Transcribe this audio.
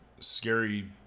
scary